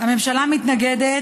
הממשלה מתנגדת,